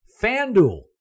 FanDuel